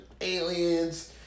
Aliens